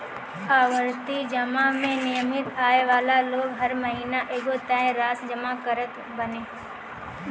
आवर्ती जमा में नियमित आय वाला लोग हर महिना एगो तय राशि जमा करत बाने